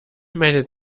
meldet